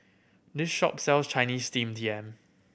this shop sell Chinese Steamed Yam